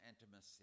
intimacy